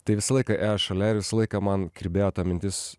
tai visą laiką ėjo šalia ir visą laiką man kirbėjo mintis